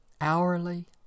hourly